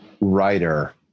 writer